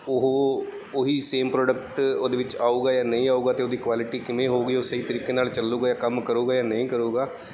ਉਹ ਉਹੀ same product ਉਹਦੇ ਵਿੱਚ ਆਊਗਾ ਜਾਂ ਨਹੀਂ ਆਊਗਾ ਅਤੇ ਉਹਦੀ ਕੁਆਲਿਟੀ ਕਿਵੇਂ ਹੋਊਗੀ ਉਹ ਸਹੀ ਤਰੀਕੇ ਨਾਲ ਚੱਲੂਗਾ ਜਾਂ ਕੰਮ ਕਰੂਗਾ ਜਾਂ ਨਹੀਂ ਕਰੂਗਾ